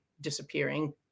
disappearing